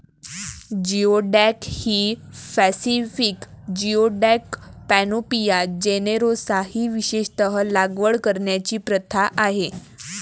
geoduck ही Pacific geoduck, Panopea generosa ही विशेषत लागवड करण्याची प्रथा आहे